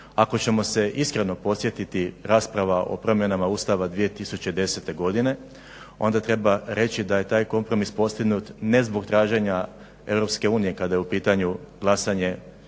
Ako ćemo se iskreno podsjetiti rasprava o promjenama Ustava 2010., onda treba reći da je taj kompromis postignut ne zbog traženja EU kada je u pitanje glasanje